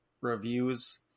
reviews